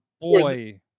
Boy